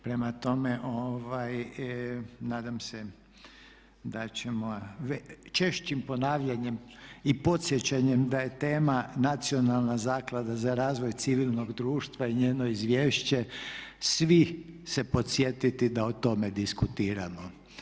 Prema tome, nadam se da ćemo češćim ponavljanjem i podsjećanjem da je tema Nacionalna zaklada za razvoj civilnog društva i njeno izvješće svih se podsjetiti da o tome diskutiramo.